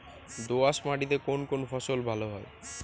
দোঁয়াশ মাটিতে কোন কোন ফসল ভালো হয়?